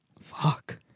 fuck